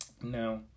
now